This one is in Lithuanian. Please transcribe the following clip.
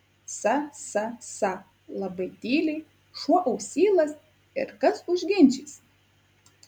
sa sa sa labai tyliai šuo ausylas ir kas užginčys